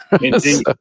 Indeed